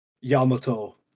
Yamato